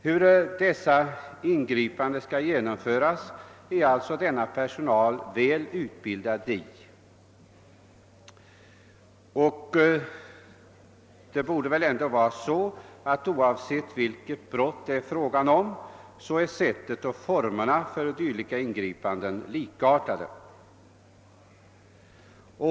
Hur dessa ingripanden skall genomföras är alltså denna personal väl utbildad i och förfaren med. Oavsett vilket brott det är fråga om är sättet och formerna för dylika ingripanden likartade.